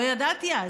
לא ידעתי אז,